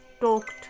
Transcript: talked